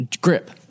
grip